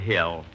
Hill